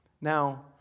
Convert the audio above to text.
Now